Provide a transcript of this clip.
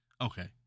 okay